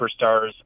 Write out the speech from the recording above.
superstars